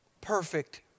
perfect